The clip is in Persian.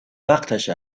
وقتش